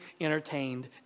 entertained